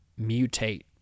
mutate